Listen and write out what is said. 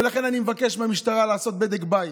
ולכן אני מבקש מהמשטרה לעשות בדק בית.